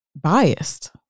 biased